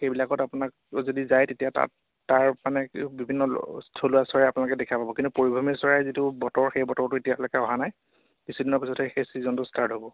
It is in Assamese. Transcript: সেইবিলাকত আপোনাক যদি যায় তেতিয়া তাত তাৰ মানে বিভিন্ন থলুৱা চৰাই আপোনালোকে দেখা পাব কিন্তু পৰিভ্ৰমীৰ চৰাই যিটো বতৰ সেই বতৰটো এতিয়ালৈকে অহা নাই কিছুদিনৰ পিছতে সেই ছিজনটো ষ্টাৰ্ট হ'ব